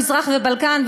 מזרח ובלקן.